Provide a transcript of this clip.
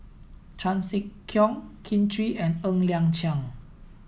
Chan Sek Keong Kin Chui and Ng Liang Chiang